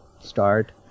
start